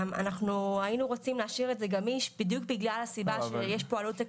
אנחנו היינו רוצים להשאיר את זה גמיש בדיוק בגלל הסיבה שיש פה עלות.